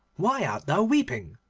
why art thou weeping?